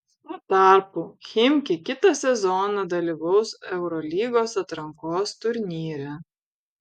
tuo tarpu chimki kitą sezoną dalyvaus eurolygos atrankos turnyre